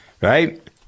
right